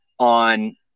on